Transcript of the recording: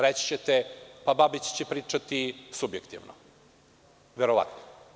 Reći ćete – Babić će pričati subjektivno, verovatno.